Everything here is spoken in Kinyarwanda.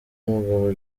mugabo